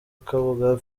kabuga